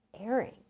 airing